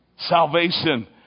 salvation